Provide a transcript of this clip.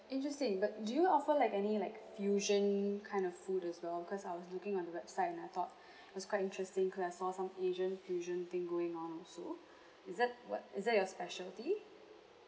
interesting but do you offer like any like fusion kind of food as well cause I was looking on the website and I thought it was quite interesting cause I saw some asian fusion thing going on also is that what is that your specialty